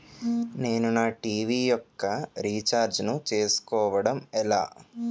నేను నా టీ.వీ యెక్క రీఛార్జ్ ను చేసుకోవడం ఎలా?